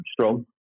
strong